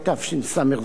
התשס"ז 2007,